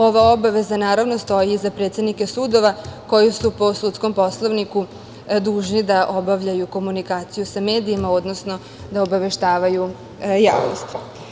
Ova obaveza, naravno, stoji i za predsednike sudova, koji su po sudskom poslovniku dužni da obavljaju komunikaciju sa medijima, odnosno da obaveštavaju javnost.